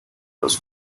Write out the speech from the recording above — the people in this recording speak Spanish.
los